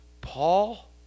Paul